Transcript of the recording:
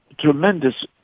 tremendous